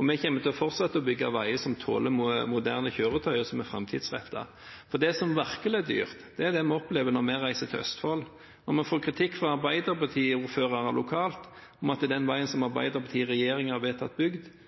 Vi kommer til å fortsette å bygge veier som tåler moderne kjøretøyer, og som er framtidsrettet. Det som virkelig er dyrt, er det vi opplever når vi reiser til Østfold og får kritikk fra arbeiderpartiordførere lokalt for at den veien som Arbeiderpartiet i regjering har vedtatt